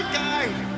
guide